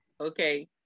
Okay